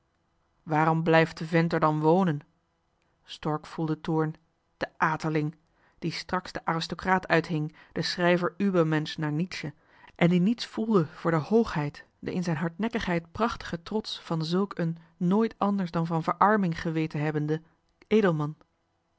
waarom blijft de vent er dan wonen stork voelde toorn de aterling die straks zelf den aristocraat uithing den schrijver uebermensch naar het woord nietzsche en die niets bleek te voelen nu voor de hoogheid den in zijn hardnekkigheid prachtigen trots van zulk een nooit anders dan van verarming geweten hebbenden edelman